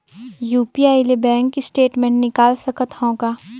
UPI ले bank statement निकाल सकत हवं का?